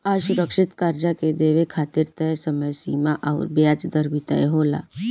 असुरक्षित कर्जा के देवे खातिर तय समय सीमा अउर ब्याज दर भी तय होला